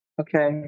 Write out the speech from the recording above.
Okay